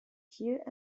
thiel